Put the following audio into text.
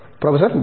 professor B